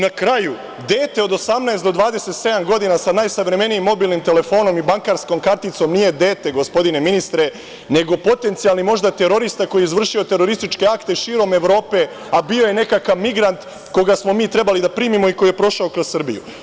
Na kraju, dete od 18 do 27 godina sa najsavremenijim mobilnim telefonom i bankarskom karticom nije dete, gospodine ministre, nego potencijalni možda terorista koji je izvršio terorističke akte širom Evrope, a bio je nekakav migrant koga smo mi trebali da primimo i koji je prošao kroz Srbiju.